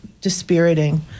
dispiriting